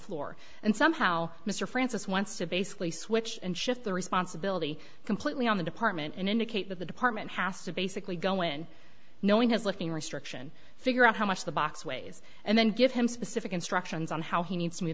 floor and somehow mr francis wants to basically switch and shift the responsibility completely on the department and indicate that the department has to basically go in knowing his looking restriction figure out how much the box ways and then give him specific instructions on how he needs to m